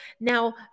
Now